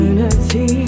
Unity